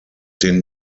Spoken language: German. den